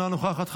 אינה נוכחת,